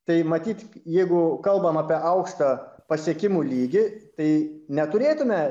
tai matyt jeigu kalbam apie aukštą pasiekimų lygį tai neturėtume